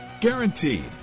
Guaranteed